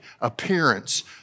appearance